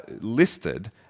listed